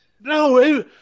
No